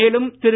மேலும் திரு